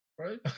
right